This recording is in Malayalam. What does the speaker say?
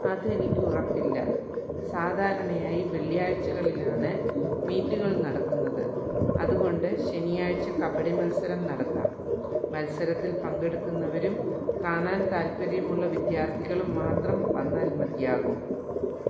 അതെനിക്ക് ഉറപ്പില്ല സാധാരണയായി വെള്ളിയാഴ്ചകളിലാണ് മീറ്റുകൾ നടക്കുന്നത് അതുകൊണ്ട് ശനിയാഴ്ച കബഡി മത്സരം നടത്താം മത്സരത്തിൽ പങ്കെടുക്കുന്നവരും കാണാൻ താൽപ്പര്യമുള്ള വിദ്യാർത്ഥികളും മാത്രം വന്നാൽ മതിയാകും